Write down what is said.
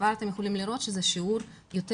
כבר אתם יכולים לראות שזה שיעור יותר